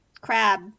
crab